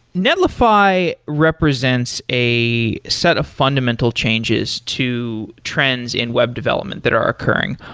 netlify represents a set of fundamental changes to trends in web development that are occurring.